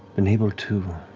been able to